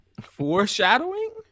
Foreshadowing